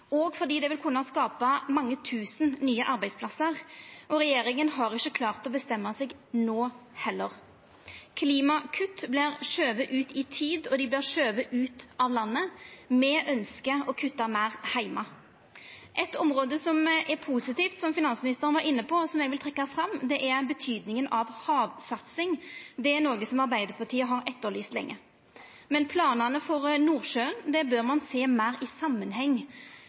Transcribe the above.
fordi det vil kunna skapa mange tusen nye arbeidsplassar. Regjeringa har ikkje klart å bestemma seg no heller. Klimakutt vert skuva ut i tid, og dei vert skuva ut av landet. Me ønskjer å kutta meir heime. Eit område som finansministeren var inne på som er positivt, og som eg vil trekkja fram, er betydinga av havsatsing. Det er noko som Arbeidarpartiet har etterlyst lenge. Men planane for Nordsjøen bør ein sjå meir i samanheng.